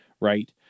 right